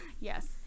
Yes